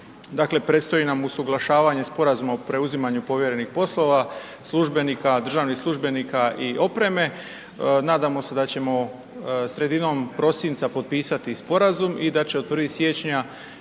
dakle, predstoji nam usuglašavanje Sporazuma o preuzimanju povjerenih poslova državnih službenika i opreme, nadamo se da ćemo sredinom prosinca potpisati sporazum i da će od 1. siječnja